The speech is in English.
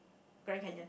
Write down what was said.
Grand Canyon